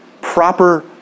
Proper